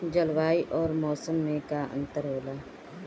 जलवायु और मौसम में का अंतर होला?